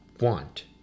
want